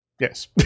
yes